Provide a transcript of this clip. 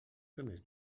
primers